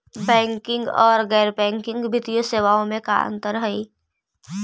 Banking और गैर banking वित्तीय सेवाओं में का अंतर हइ?